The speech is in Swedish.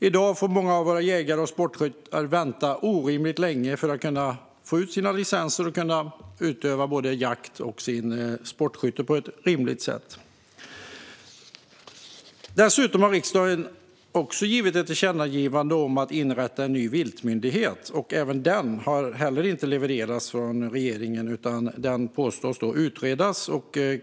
I dag får många av våra jägare och sportskyttar vänta orimligt länge på att få ut sina licenser och kunna utöva både jakt och sportskytte på ett rimligt sätt. Dessutom har riksdagen gjort ett tillkännagivande om att inrätta en ny viltmyndighet. Inte heller detta har levererats av regeringen, utan det påstås att det utreds.